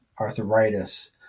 arthritis